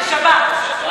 שבת.